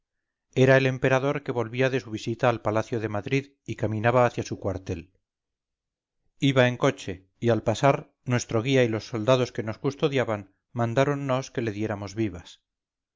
era el emperador que volvía de su visita al palacio de madrid y caminaba hacia su cuartel iba en coche y al pasar nuestro guía y los soldados que nos custodiaban mandáronnos que le diéramos vivas